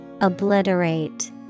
Obliterate